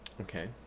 okay